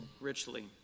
richly